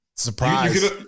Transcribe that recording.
Surprise